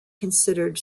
considered